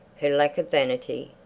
her lack of vanity,